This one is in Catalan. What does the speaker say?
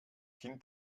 quin